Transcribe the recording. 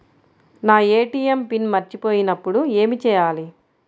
నా ATM pin మర్చిపోయినప్పుడు ఏమి చేయాలి?